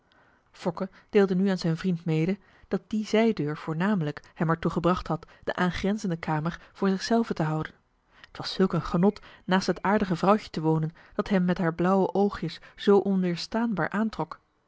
fokke deelde nu aan zijn vriend mede dat die zijdeur voornamelijk hem er toegebracht had de aangrenzende kamer voor zichzelven te houden t was zulk een genot naast het aardige vrouwtje te wonen dat hem met haar blauwe oogjes zoo onweerstaanbaar aantrok